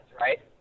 right